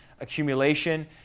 accumulation